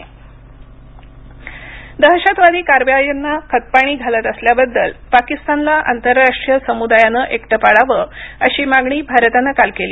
भारत पाक दहशतवादी कारवायांना खतपाणी घालत असल्याबद्दल पाकिस्तानला आंतरराष्ट्रीय समुदायानं एकटं पाडावं अशी मागणी भारतानं काल केली